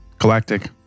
Galactic